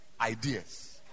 ideas